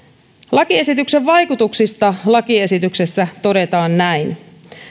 lakiesityksen vaikutuksista lakiesityksessä todetaan näin